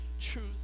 truth